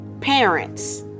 parents